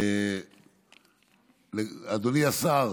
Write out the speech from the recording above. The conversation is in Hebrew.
אדוני השר